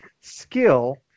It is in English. skill